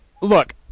Look